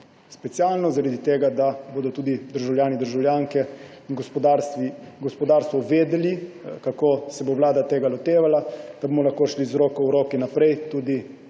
specialno, zaradi tega da bodo tudi državljani in državljanke in gospodarstvo vedeli, kako se bo Vlada tega lotevala, da bomo lahko šli z roko v roki naprej tudi